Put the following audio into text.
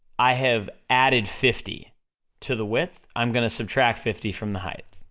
i have added fifty to the width, i'm gonna subtract fifty from the height,